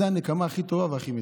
זאת הנקמה הכי טובה והכי מתוקה.